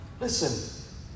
Listen